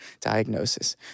diagnosis